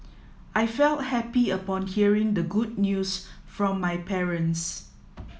I felt happy upon hearing the good news from my parents